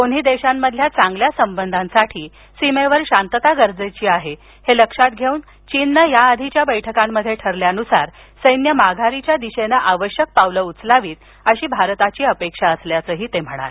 दोन्ही देशांमधील चांगल्या संबधांसाठी सीमेवर शांतता गरजेची आहे हे लक्षात घेऊन चीननं याआधीच्या बैठकांमध्ये ठरल्यानुसार सैन्य माघारीच्या दिशेनं आवश्यक पावलं उचलावीत अशी भारताची अपेक्षा असल्याचं ते म्हणाले